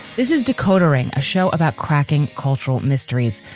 this is decoder ring, a show about cracking cultural mysteries.